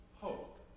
hope